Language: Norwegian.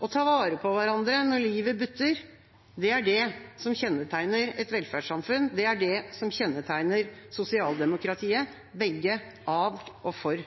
Å ta vare på hverandre når livet butter, er det som kjennetegner et velferdssamfunn, og er det som kjennetegner sosialdemokratiet – begge av og for